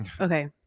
Okay